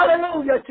Hallelujah